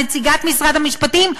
נציגת משרד המשפטים,